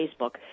Facebook